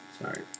Sorry